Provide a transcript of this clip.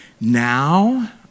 now